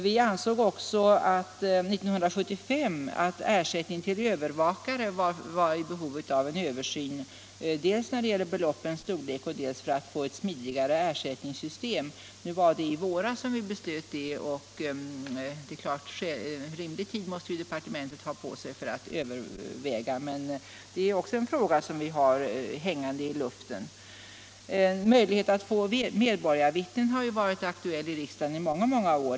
Vi ansåg vidare i våras att ersättningen till övervakare var i behov av en översyn vad beträffar dels beloppens storlek, dels behovet av att få till stånd ett smidigare ersättningssystem. Nu var det alltså i våras vi fattade det beslutet, och rimlig tid måste departementet naturligtvis få på sig för övervägande. Men detta är också en fråga som vi har hängande i luften. Möjligheten att få medborgarvittnen har ju varit aktuell i riksdagen under många år.